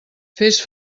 fes